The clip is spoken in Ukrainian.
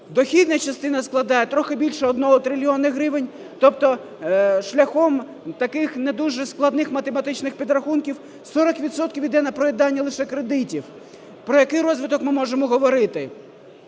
Дохідна частина складає трохи більше 1 трильйона гривень, тобто шляхом таких не дуже складних математичних підрахунків 40 відсотків йде на проїдання лише кредитів. Про який розвиток ми можемо говорити?